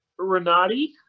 Renati